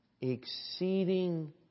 exceeding